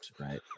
right